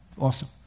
awesome